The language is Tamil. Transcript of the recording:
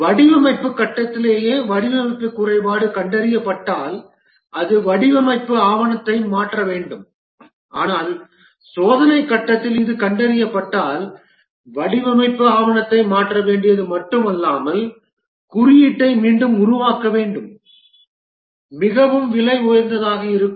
வடிவமைப்பு கட்டத்திலேயே வடிவமைப்பு குறைபாடு கண்டறியப்பட்டால் அது வடிவமைப்பு ஆவணத்தை மாற்ற வேண்டும் ஆனால் சோதனைக் கட்டத்தில் இது கண்டறியப்பட்டால் வடிவமைப்பு ஆவணத்தை மாற்ற வேண்டியது மட்டுமல்லாமல் குறியீட்டை மீண்டும் உருவாக்க வேண்டும் மிகவும் விலை உயர்ந்ததாக இருக்கும்